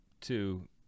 two